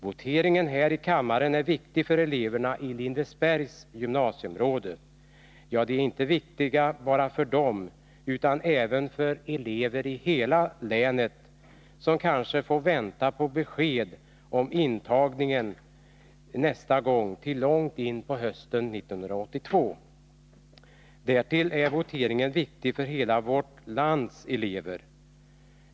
Voteringen häri kammaren är viktig för eleverna i Lindesbergs gymnasieområde. Ja, den är viktig inte bara för dem, utan även för elever i hela länet, som kan få vänta på besked om intagningen till långt in på hösten 1982. Därtill är voteringen viktig för hela vårt lands elever.